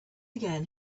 again